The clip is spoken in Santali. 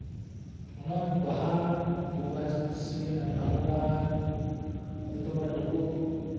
ᱚᱱᱟ ᱵᱟᱦᱟ ᱵᱚᱸᱜᱟ ᱥᱮ ᱵᱟᱦᱟ ᱵᱚᱸᱜᱟ ᱡᱚᱛᱚᱠᱷᱚᱱᱟᱜ ᱵᱟᱠᱚ